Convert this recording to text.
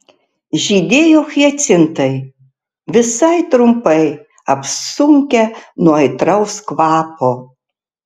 žydėjo hiacintai visai trumpai apsunkę nuo aitraus kvapo